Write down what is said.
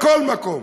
בכל מקום.